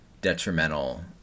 detrimental